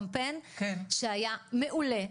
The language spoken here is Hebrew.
קמפיין שהיה מעולה,